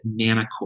Nanocore